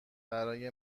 برای